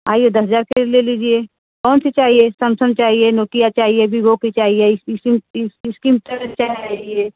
आइए दस हज़ार के ले लीजिए कौन सी चाहिए समसंग चाहिए नोकिया चाहिए वीवो की चाहिए चाहिए